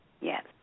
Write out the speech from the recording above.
Yes